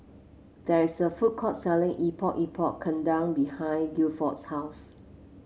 there is a food court selling Epok Epok Kentang behind Gilford's house